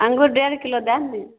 अंगूर डेढ़ किलो दै ने दी